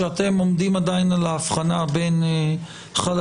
שאתם עומדים עדיין על ההבחנה בין חללים